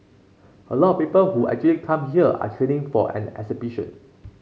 a lot of people who actually come here are training for an expedition